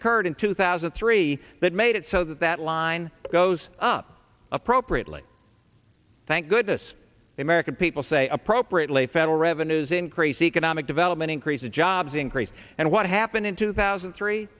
occurred in two thousand and three that made it so that line goes up appropriately thank goodness the american people say appropriately federal revenues increase economic development increase the jobs increase and what happened in two thousand and three